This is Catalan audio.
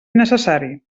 necessari